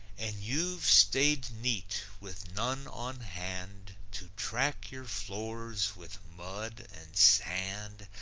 and you've stayed neat, with none on hand to track your floors with mud and sand,